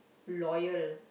loyal